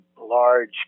large